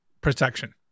Protection